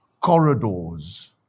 corridors